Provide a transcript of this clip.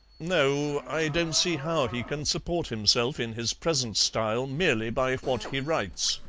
no, i don't see how he can support himself in his present style merely by what he writes.